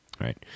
right